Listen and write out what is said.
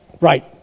Right